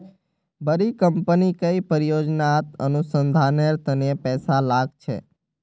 बड़ी कंपनी कई परियोजनात अनुसंधानेर तने पैसा लाग छेक